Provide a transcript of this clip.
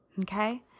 Okay